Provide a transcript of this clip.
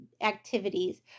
activities